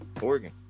Oregon